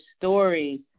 story